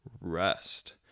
rest